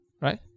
Right